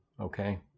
okay